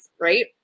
right